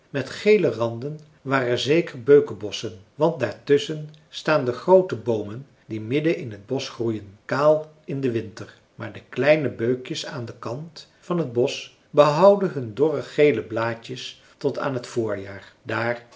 met gele randen waren zeker beukenbosschen want daartusschen staan de groote boomen die midden in t bosch groeien kaal in den winter maar de kleine beukjes aan den kant van het bosch behouden hun dorre gele blaadjes tot aan t voorjaar daar